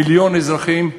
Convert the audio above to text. מיליון אזרחים,